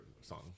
song